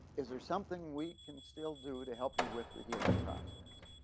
is there something we can still do to help you with the healing process?